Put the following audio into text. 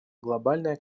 глобальная